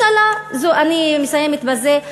אני מסיימת בזה.